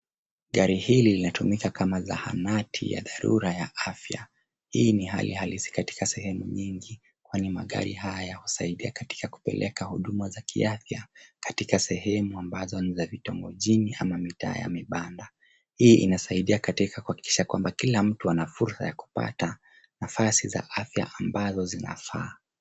Gari hili linatumika kama zahanati ya dharura ya afya. Hii ni hali halisi katika sehemu nyingi kwani magari haya husaidia katika kupeleka huduma za afya katika sehemu ambazo ni za vitongojini ama mitaa ya mibanda. Hii inasaidia katika kuhakikisha kwamba kila mtu ana fursa ya kupata nafasi za afya ambazo zinafaa.